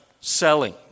selling